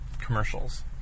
commercials